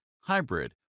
hybrid